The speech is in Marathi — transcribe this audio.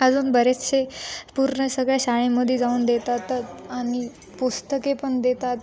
अजून बरेचसे पूर्ण सगळ्या शाळेमध्ये जाऊन देतात आणि पुस्तके पण देतात